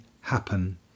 happen